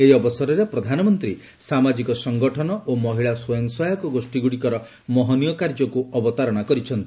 ଏହି ଅବସରରେ ପ୍ରଧାନମନ୍ତୀ ସାମାଜିକ ସଂଗଠନ ଓ ମହିଳା ସ୍ୱୟଂ ସହାୟକ ଗୋଷୀଗୁଡିକର ମହନୀୟ କାର୍ଯ୍ୟକୁ ଅବତାରଣା କରିଛନ୍ତି